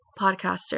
podcaster